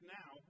now